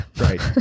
right